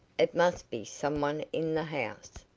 it must be some one in the house.